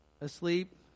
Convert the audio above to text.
asleep